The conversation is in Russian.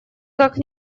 как